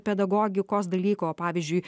pedagogikos dalyką o pavyzdžiui